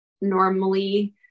normally